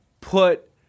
put